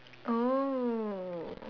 oh